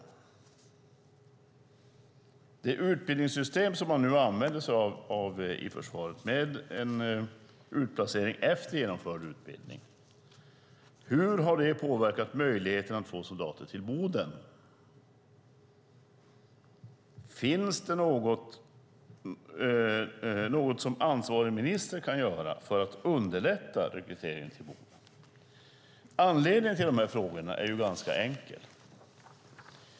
Hur har det utbildningssystem som man nu använder sig av i försvaret, med en utplacering efter genomförd utbildning, påverkat möjligheten att få soldater till Boden? Finns det något som ansvarig minister kan göra för att underlätta rekrytering till Boden? Anledningen till mina frågor är ganska enkel.